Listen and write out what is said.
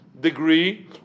degree